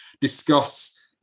discuss